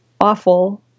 awful